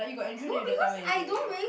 no because I don't really